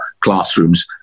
classrooms